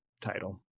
title